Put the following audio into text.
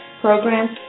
programs